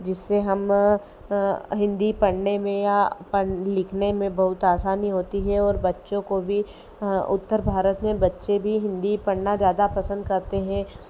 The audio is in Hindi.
जिस से हम हिंदी पढ़ने मे लिखने में बहुत आसानी होती है और बच्चों को भी उत्तर भारत में बच्चे भी हिंदी पढ़ना ज़्यादा पसंद करते हैं